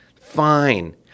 Fine